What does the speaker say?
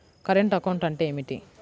Current account అంటే ఏమిటి?